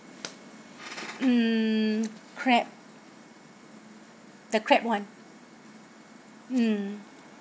mm crab the crab one mm